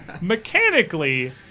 mechanically